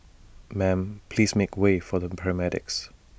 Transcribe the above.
ma'am please make way for the paramedics